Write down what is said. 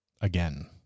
Again